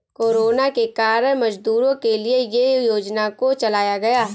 corona के कारण मजदूरों के लिए ये योजना को चलाया गया